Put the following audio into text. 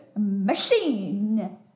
machine